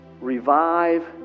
revive